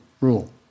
rule